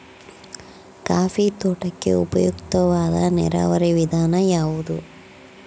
Coffee ತೋಟಕ್ಕೆ ಉಪಯುಕ್ತವಾದ ನೇರಾವರಿ ವಿಧಾನ ಯಾವುದು?